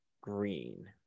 green